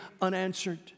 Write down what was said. unanswered